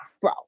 Bro